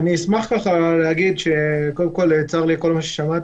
אשמח להגיד, קודם כול, צר לי על כל מה ששמעתי.